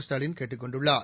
ஸ்டாலின் கேட்டுக் கொண்டுள்ளார்